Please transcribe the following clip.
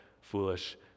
foolish